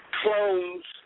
clones